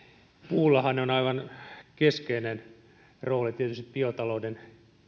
puullahan on tietysti aivan keskeinen rooli biotalouden